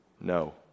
no